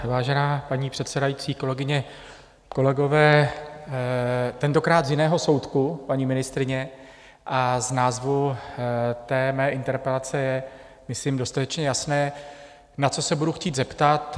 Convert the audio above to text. Vážená paní předsedající, kolegyně, kolegové, tentokrát z jiného soudku, paní ministryně, a z názvu mé interpelace je myslím dostatečně jasné, na co se budu chtít zeptat.